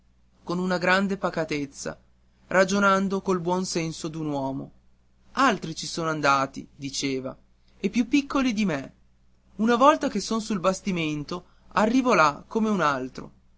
con una grande pacatezza ragionando col buon senso d'un uomo altri ci sono andati diceva e più piccoli di me una volta che son sul bastimento arrivo là come un altro